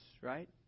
right